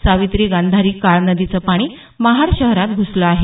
सावित्री गांधारी काळ नदीचं पाणी महाड शहरात घुसलं आहे